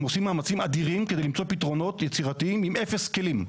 הם עושים מאמצים אדירים למצוא פתרונות יצירתיים עם אפס כלים.